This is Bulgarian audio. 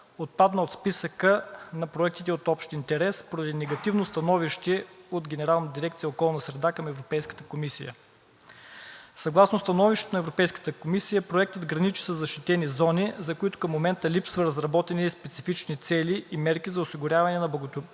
отпадна от списъка на проектите от общ интерес поради негативно становище от Генерална дирекция „Околна среда“ към Европейската комисия. Съгласно становището на Европейската комисия Проектът граничи със защитени зони, за които към момента липсват разработени специфични цели и мерки за осигуряване на благоприятен